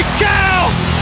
cow